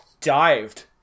dived